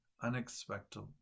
unexpected